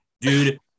Dude